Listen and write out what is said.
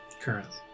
currently